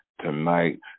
tonight